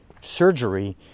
surgery